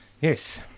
Yes